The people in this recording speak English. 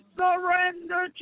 surrender